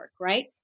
right